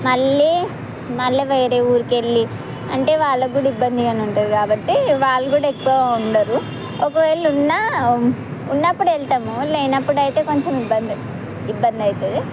మళ్ళీ మళ్ళా వేరే ఊరికి వెళ్ళి అంటే వాళ్ళకు కూడా ఇబ్బందిగా ఉంటుంది కాబట్టి వాళ్ళు కూడా ఎక్కువ ఉండరు ఒకవేళ ఉన్నా ఉన్నప్పుడు వెళ్తాము లేనప్పుడైతే కొంచెం ఇబ్బంది ఇబ్బంది అవుతుంది